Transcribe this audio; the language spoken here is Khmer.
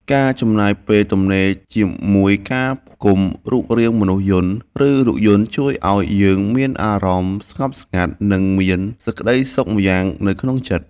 ការចំណាយពេលទំនេរជាមួយការផ្គុំរូបរាងមនុស្សយន្ត ឬរថយន្តជួយឱ្យយើងមានអារម្មណ៍ស្ងប់ស្ងាត់ និងមានសេចក្ដីសុខម្យ៉ាងនៅក្នុងចិត្ត។